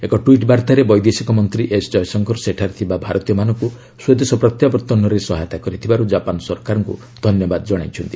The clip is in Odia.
ଏକ ଟ୍ୱିଟ୍ ବାର୍ତ୍ତାରେ ବୈଦେଶିକମନ୍ତ୍ରୀ ଏସ୍ ଜୟଶଙ୍କର ସେଠାରେ ଥିବା ଭାରତୀୟମାନଙ୍କୁ ସ୍ୱଦେଶ ପ୍ରତ୍ୟାବର୍ତ୍ତନରେ ସହାୟତା କରିଥିବାରୁ ଜାପାନ ସରକାରଙ୍କୁ ଧନ୍ୟବାଦ ଜଣାଇଛନ୍ତି